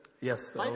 Yes